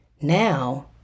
Now